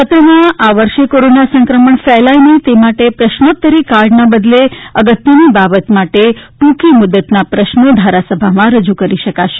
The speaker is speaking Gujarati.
સત્રમાં આ વર્ષે કોરોના સંક્રમણ ફેલાય નહીં તે માટે પ્રશ્નોત્તરી કાળના બદલે અગત્યની બાબત માટે ટ્રંકી મુદ્દતના પ્રશ્ની ધારાસભામાં રજૂ કરી શકાશે